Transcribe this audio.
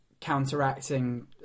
counteracting